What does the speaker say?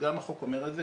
גם החוק אומר את זה,